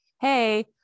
hey